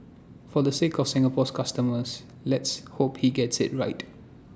for the sake of Singapore's customers let's hope he gets IT right